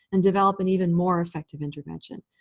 and develop an even more effective intervention.